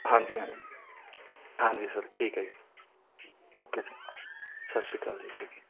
ਹਾਂਜੀ ਹਾਂਜੀ ਹਾਂਜੀ ਸਰ ਠੀਕ ਹੈ ਜੀ ਓਕੇ ਜੀ ਸਤਿ ਸ਼੍ਰੀ ਅਕਾਲ ਜੀ ਠੀਕ ਹੈ